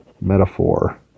metaphor